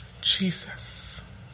Jesus